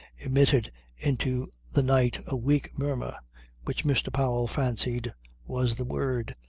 emitted into the night a weak murmur which mr. powell fancied was the word,